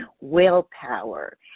willpower